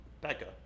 Becca